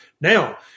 Now